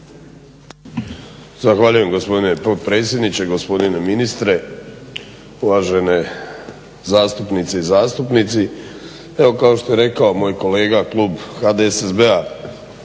Zahvaljujem gospodine potpredsjedniče, gospodine ministre, uvažene zastupnice i zastupnici. Evo kao što je rekao moj kolega klub HDSSB-a,